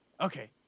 okay